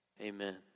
Amen